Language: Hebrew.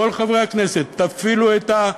מכל חברי הכנסת, תפעילו את,